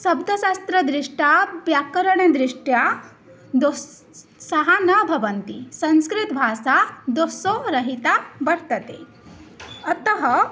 शब्दशास्त्रदृष्ट्या व्याकरणदृष्ट्या दोषः सः न भवन्ति संस्कृतभाषा दोषरहिता वर्तते अतः